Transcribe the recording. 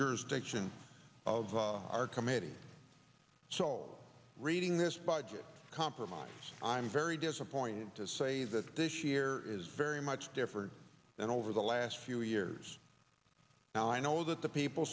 jurisdiction of our committee so all reading this budget compromise i'm very disappointed to say that this year is very much different than over the last few years now i know that the people